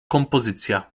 kompozycja